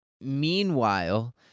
Meanwhile